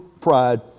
pride